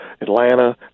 Atlanta